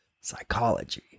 psychology